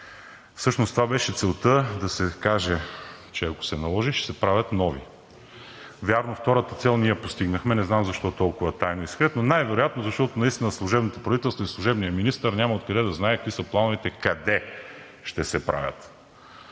Всъщност това беше целта – да се каже, че ако се наложи, ще се правят нови. Вярно, втората цел ние я постигнахме – не знам защо толкова тайно и секретно, но най-вероятно, защото наистина служебното правителство и служебният министър няма откъде да знае какви са плановете, къде ще се правят.